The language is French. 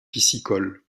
piscicole